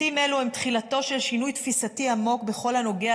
בתים אלה הם תחילתו של שינוי תפיסתי עמוק בכל הנוגע